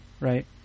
right